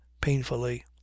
painfully